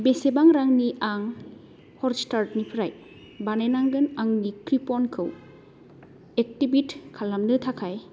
बेसेबां रांनि आं हटस्टारनिफ्राय बानायनांगोन आंनि कुपनखौ एक्टिभेट खालामनो थाखाय